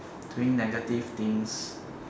doing negative things